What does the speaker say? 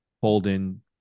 holding